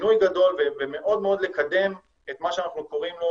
שינוי גדול ומאוד מאוד לקדם את מה שאנחנו קוראים לו